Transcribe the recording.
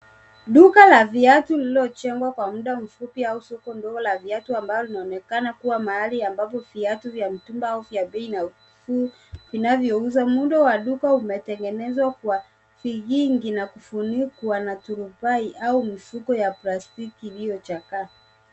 Duka la viatu lililojengwa kwa muda mfupi au soko ndogo la viatu ambalo linaonekana kuwa mahali ambapo viatu vya mtumba au vya bei na ukuu, vinavyouzwa. Muundo wa duka umetengenezwa kwa vigingi na kufunikuwa na turufai au mifuko ya plastiki iliyochakaa.